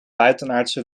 buitenaardse